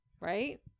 right